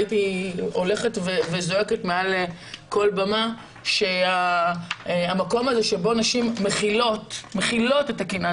הייתי הולכת וזועקת מעל כל במה שהמקום הזה שבו נשים מכילות את הקנאה,